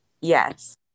Yes